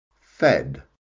fed